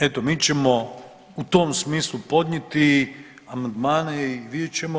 Eto mi ćemo u tom smislu podnijeti amandmane i vidjet ćemo.